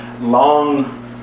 long